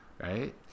right